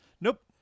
Nope